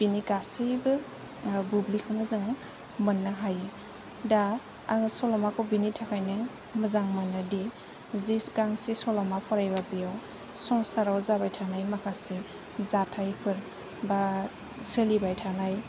बेनि गासैबो बुब्लिखौनो जोङो मोननो हायो दा आङो सल'माखौ बेनि थाखायनो मोजां मोनोदि जे गांसे सल'मा फरायोब्ला बेयाव संसाराव जाबाय थानाय माखासे जाथायफोर बा सोलिबाय थानाय